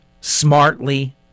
smartly